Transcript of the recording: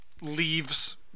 leaves